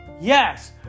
Yes